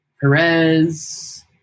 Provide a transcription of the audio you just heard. Perez